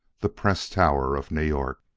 the press tower of new york.